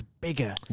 bigger